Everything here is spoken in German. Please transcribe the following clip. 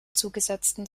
zugesetzten